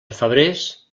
febrers